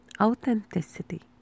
Authenticity